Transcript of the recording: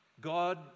God